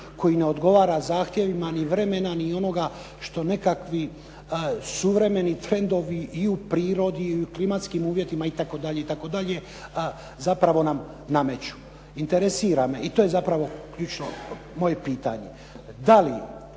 koji ne odgovara zahtjevima ni vremena ni onoga što nekakvi suvremeni trendovi i u prirodi i u klimatskim uvjetima itd., itd. zapravo nam nameću. Interesira me i to je zapravo ključno moje pitanje,